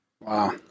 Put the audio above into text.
Wow